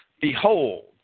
Behold